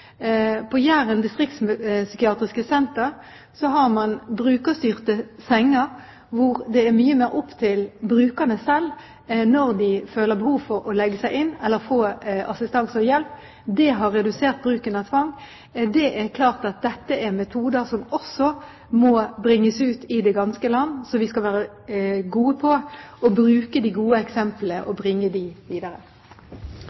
På Jæren Distriktspsykiatriske Senter har man brukerstyrte senger hvor det er mye mer opp til brukerne selv når de føler behov for å legge seg inn eller få assistanse og hjelp. Det har redusert bruken av tvang. Det er klart at dette er metoder som også må bringes ut i det ganske land, så vi skal være gode på å bruke de gode eksemplene – og